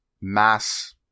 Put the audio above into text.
mass